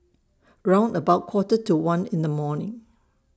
round about Quarter to one in The morning